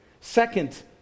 Second